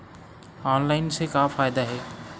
Online से का फ़ायदा हे?